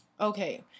Okay